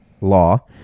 law